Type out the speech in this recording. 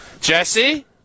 Jesse